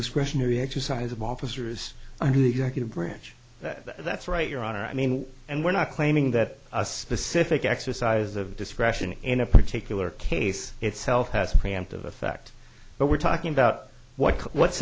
discretionary exercise of officers under the executive branch that's right your honor i mean and we're not claiming that a specific exercise of discretion in a particular case itself has preemptive effect but we're talking about what what